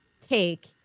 take